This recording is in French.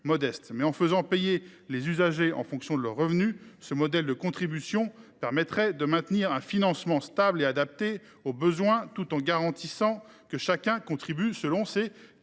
en faisant payer les usagers en fonction de leur revenu, notre modèle de contribution permettrait de maintenir un financement stable et adapté aux besoins, tout en garantissant que chacun contribue selon ses